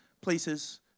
places